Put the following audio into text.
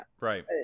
Right